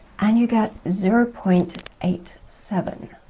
and you get zero point eight seven,